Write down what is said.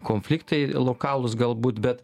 konfliktai lokalūs galbūt bet